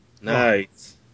nice